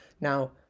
Now